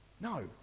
No